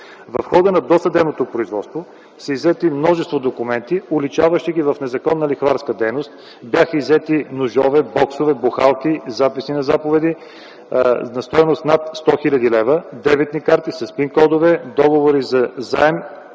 В хода на досъдебното производство са иззети множество документи, уличаващи ги в незаконна лихварска дейност. Бяха иззети ножове, боксове, бухалки, записи на заповеди на стойност над 100 хил. лв., дебитни карти с пин кодове, договори за заем